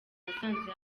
nasanze